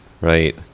right